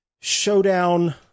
showdown